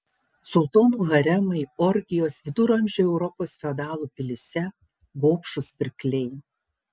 sultonų haremai orgijos viduramžių europos feodalų pilyse gobšūs pirkliai